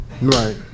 Right